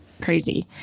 crazy